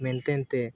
ᱢᱮᱱᱛᱮᱱᱛᱮ